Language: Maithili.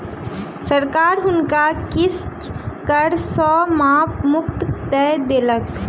सरकार हुनका किछ कर सॅ मुक्ति दय देलक